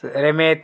रेमेथ